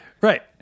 Right